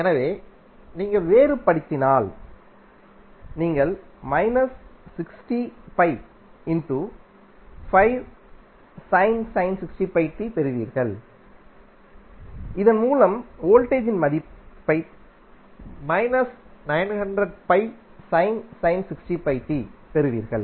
எனவே நீங்கள் வேறுபடுத்தினால் நீங்கள் பெறுவீர்கள் இதன் மூலம் வோல்டேஜ் v இன் மதிப்பைப் பெறுவீர்கள்